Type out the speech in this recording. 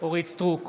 אורית מלכה סטרוק,